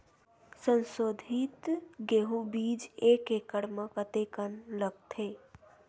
संसोधित गेहूं बीज एक एकड़ म कतेकन लगथे?